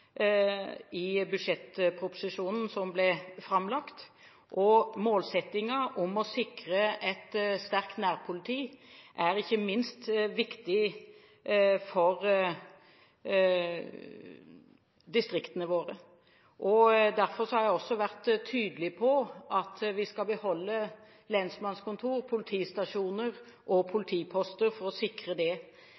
i budsjettproposisjonen som ble framlagt. Målsettingen om å sikre et sterkt nærpoliti er ikke minst viktig for distriktene våre. Derfor har jeg vært tydelig på at vi skal beholde lensmannskontorer, politistasjoner og